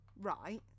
right